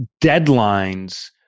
deadlines